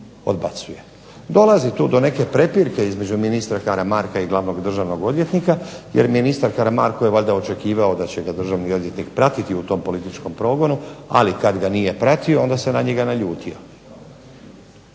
odbacuje. Dolazi tu do neke prepirke između ministra Karamarka i Glavnog državnog odvjetnika jer ministar Karamarko je valjda očekivao da će ga državni odvjetnik pratiti u tom političkom progonu, ali kad ga nije pratio onda se na njega naljutio.